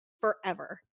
forever